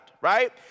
right